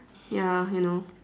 ya you know